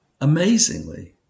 Amazingly